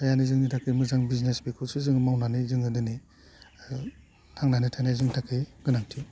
जायहानो जोंनि थाखाय मोजां बिजनेस बिखौसो जोङो मावनानै जोङो दोनै हो थांनानै थानाया जोंनि थाखाय गोनांथि